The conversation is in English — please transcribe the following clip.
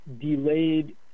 delayed